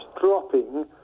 dropping